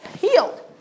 healed